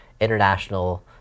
international